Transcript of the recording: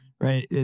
right